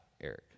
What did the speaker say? Eric